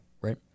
right